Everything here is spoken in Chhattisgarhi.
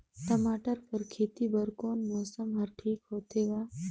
टमाटर कर खेती बर कोन मौसम हर ठीक होथे ग?